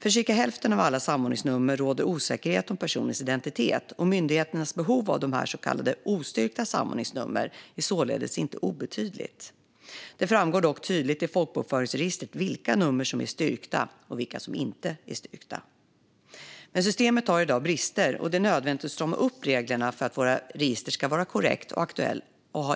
För cirka hälften av alla samordningsnummer råder osäkerhet om personens identitet, och myndigheternas behov av dessa så kallade ostyrkta samordningsnummer är således inte obetydligt. Det framgår dock tydligt i folkbokföringsregistret vilka nummer som är styrkta och vilka som inte är styrkta. Men systemet har i dag brister, och det är nödvändigt att strama upp reglerna för att våra register ska